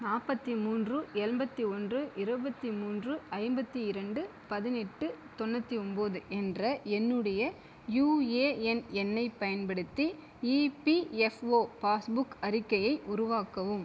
நாற்பத்திமூன்று எண்பத்தியொன்று இருபத்திமூன்று ஐம்பத்திரண்டு பதினெட்டு தொண்ணூற்றி ஒன்பது என்ற என்னுடைய யுஏஎன் எண்ணைப் பயன்படுத்தி இபிஃப்ஓ பாஸ்புக் அறிக்கையை உருவாக்கவும்